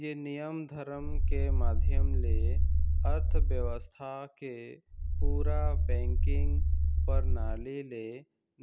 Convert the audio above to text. ये नियम धरम के माधियम ले अर्थबेवस्था के पूरा बेंकिग परनाली ले